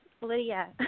Lydia